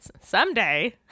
someday